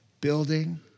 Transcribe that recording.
building